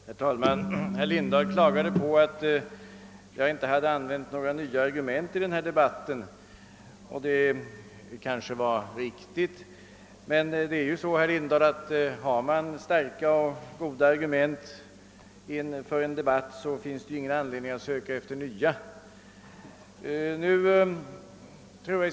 Herr talman! Herr Lindahl klagade 5ver att jag inte hade använt några nya argument i denna debatt, och det är kanske riktigt. Men, herr Lindahl, om man har starka och goda argument för en debatt finns det ju ingen anledning att söka efter nya.